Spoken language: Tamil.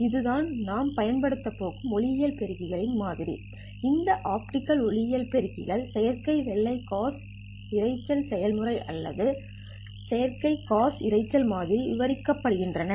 இதுதான் நாம் பயன்படுத்தப் போகும் ஒளியியல் பெருக்கிகளின் மாதிரி இந்த ஆப்டிகல் ஒளியியல் பெருக்கிகள் சேர்க்கை வெள்ளை காஸியன் இரைச்சல் செயல்முறை அல்லது சேர்க்கை காஸியன் இரைச்சல் மாதிரி விவரிக்கப்படுகின்றன